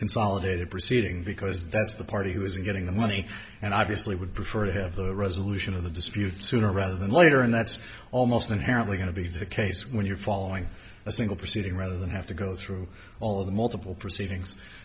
consolidated proceeding because that's the party who is getting the money and i basically would prefer to have the resolution of the dispute sooner rather than later and that's almost inherently going to be the case when you're following a single proceeding rather than have to go through all of the multiple proceedings